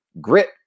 Grit